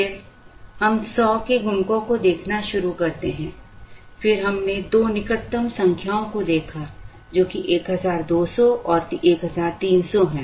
फिर हम 100 के गुणकों को देखना शुरू करते हैं फिर हमने दो निकटतम संख्याओं को देखा जो कि 1200 और 1300 हैं